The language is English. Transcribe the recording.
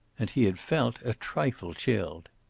and he had felt a trifle chilled.